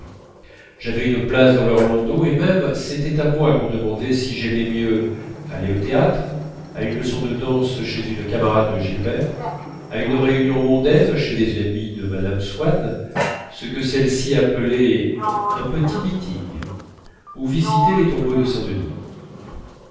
j'avais une place dans leur landau et même c'était à moi qu'on demandait si j'aimais mieux aller au théâtre à une leçon de danse chez une camarade de gilberte à une réunion mondaine chez des amies des swann ce que celle-ci appelait un petit meeting ou visiter les tombeaux de saint-denis